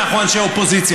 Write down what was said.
שאנחנו אנשי אופוזיציה,